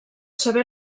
saber